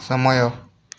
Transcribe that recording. ସମୟ